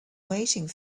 waiting